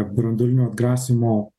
branduolinio atgrasymo